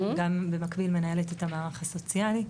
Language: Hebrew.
גם במקביל מנהלת את המערך הסוציאלי.